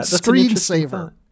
screensaver